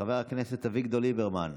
חבר הכנסת אביגדור ליברמן,